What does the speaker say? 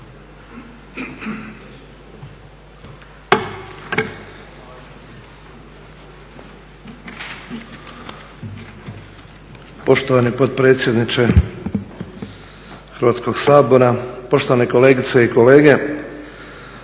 Poštovani potpredsjedniče Hrvatskog sabora, poštovane kolegice i kolege